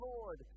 Lord